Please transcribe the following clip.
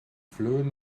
flöhen